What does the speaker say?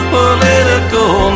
political